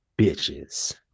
Bitches